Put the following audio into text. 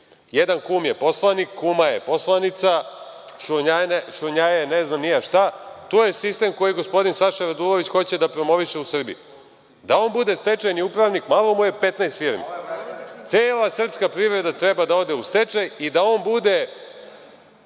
Jedan kum je poslanik, kuma je poslanica, šurnjaja je ne znam ni ja šta. To je sistem koji gospodin Saša Radulović hoće da promoviše u Srbiji, da on bude stečajni upravnik. Malo mu je 15 firmi. Cela srpska privreda treba da ode u stečaj i da on bude